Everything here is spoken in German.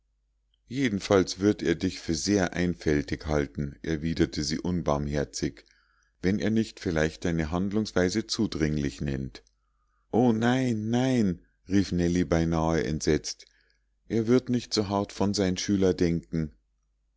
jedenfalls wird er dich für sehr einfältig halten erwiderte sie unbarmherzig wenn er nicht vielleicht deine handlungsweise zudringlich nennt o nein nein rief nellie beinahe entsetzt er wird nicht so hart von sein schüler denken